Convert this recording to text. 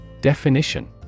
Definition